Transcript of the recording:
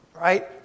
right